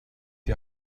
die